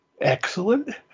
excellent